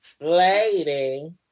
Lady